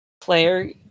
player